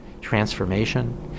transformation